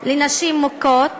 מוכות